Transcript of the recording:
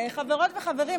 חברות וחברים,